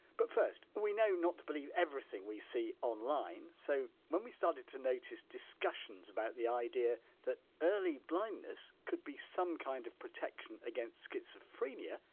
but first, we know not to believe everything we see online, so, when we started to notice discussions about the idea that early blindness could be some kind of protection against schizophrenia,